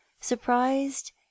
surprised